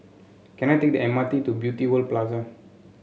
can I take the M R T to Beauty World Plaza